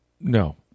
No